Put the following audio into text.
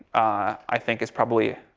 i think is probably,